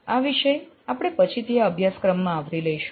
આ વિષય આપણે પછી થી આ અભ્યાસક્રમમાં આવરી લઈશું